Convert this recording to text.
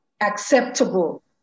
acceptable